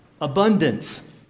abundance